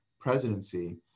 presidency